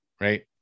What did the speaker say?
right